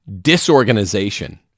disorganization